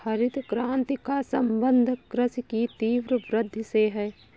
हरित क्रान्ति का सम्बन्ध कृषि की तीव्र वृद्धि से है